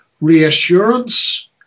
reassurance